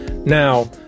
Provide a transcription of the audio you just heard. Now